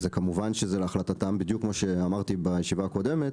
כמובן זה להחלטתם כפי שאמרתי בישיבה הקודמת,